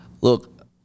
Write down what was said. Look